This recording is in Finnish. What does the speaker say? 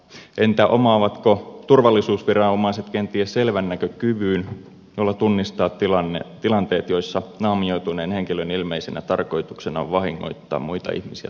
entä omaavatko turvallisuusviranomaiset kenties selvännäkökyvyn jolla tunnistaa tilanteet joissa naamioituneen henkilön ilmeisenä tarkoituksena on vahingoittaa muita ihmisiä tai omaisuutta